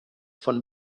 von